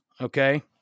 Okay